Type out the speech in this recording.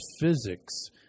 physics